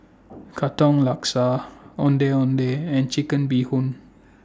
Katong Laksa Ondeh Ondeh and Chicken Bee Hoon